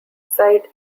side